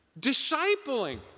discipling